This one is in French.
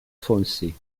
foncé